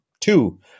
two